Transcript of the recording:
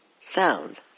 sound